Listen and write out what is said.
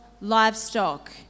livestock